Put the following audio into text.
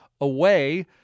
away